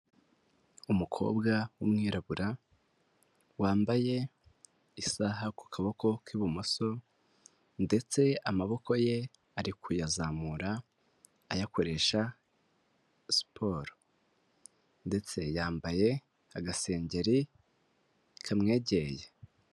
Umukobwa w'umwirabura, wambaye isaha ku kaboko k'ibumoso ndetse amaboko ye ari kuyazamura, ayakoresha siporo ndetse yambaye agasengeri kamwegeye.